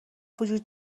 وجود